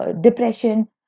depression